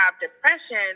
depression